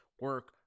Work